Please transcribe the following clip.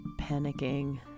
panicking